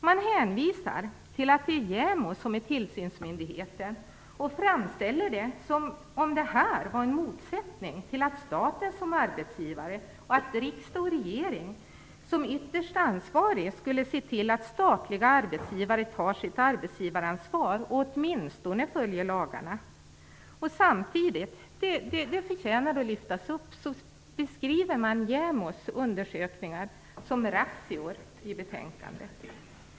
Man hänvisar till att det är JämO som är tillsynsmyndigheten och framställer det som om det vore en motsättning till att staten som arbetsgivare och riksdag och regering som ytterst ansvariga skulle se till att statliga arbetsgivare tar sitt arbetsgivaransvar och åtminstone följer lagarna. Samtidigt, det förtjänar att framhållas, beskriver man i betänkandet JämO:s undersökningar som razzior.